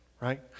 right